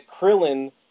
Krillin